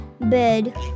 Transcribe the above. bed